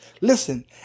Listen